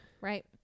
right